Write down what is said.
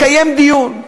לקיים דיון.